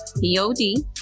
P-O-D